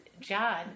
John